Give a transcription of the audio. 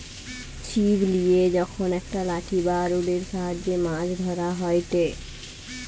ছিপ লিয়ে যখন একটা লাঠি বা রোডের সাহায্যে মাছ ধরা হয়টে